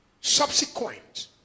subsequent